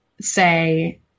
say